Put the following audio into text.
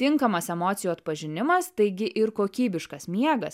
tinkamas emocijų atpažinimas taigi ir kokybiškas miegas